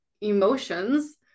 emotions